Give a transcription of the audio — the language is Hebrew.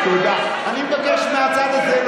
חברת הכנסת דיסטל,